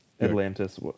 Atlantis